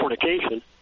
fornication